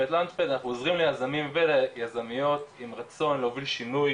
אנחנו עוזרים ליזמים וליזמיות עם רצון להוביל שינוי